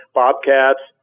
bobcats